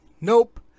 Nope